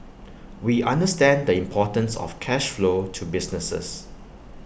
we understand the importance of cash flow to businesses